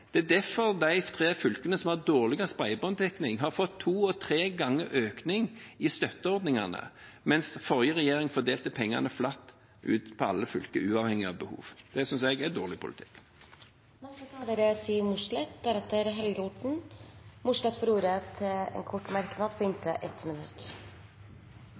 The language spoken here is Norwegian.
Det er derfor de tre fylkene som har dårligst bredbånddekning, har fått to og tre ganger økning i støtteordningene, mens forrige regjering fordelte pengene flatt ut til alle fylker, uavhengig av behov. Det synes jeg er dårlig politikk. Representanten Siv Mossleth har hatt ordet to ganger tidligere og får ordet til en kort merknad, begrenset til 1 minutt.